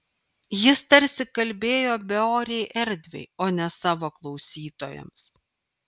jis tarsi kalbėjo beorei erdvei o ne savo klausytojams